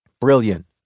Brilliant